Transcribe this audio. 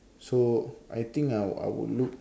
so I think I'll I will look